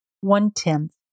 one-tenth